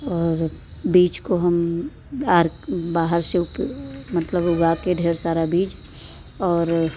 और बीज को हम बार बाहर से मतलब उगा के ढेर सारा बीज और